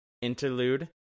interlude